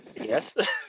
Yes